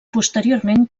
posteriorment